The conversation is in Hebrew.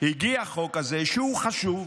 הגיע החוק הזה, שהוא חשוב,